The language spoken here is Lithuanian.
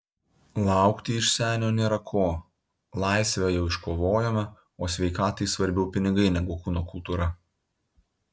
laukti iš senio nėra ko laisvę jau iškovojome o sveikatai svarbiau pinigai negu kūno kultūra